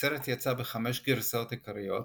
הסרט יצא בחמש גרסאות עיקריות,